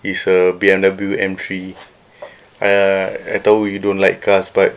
it's a B_M_W M three uh I tahu you don't like cars but